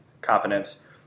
confidence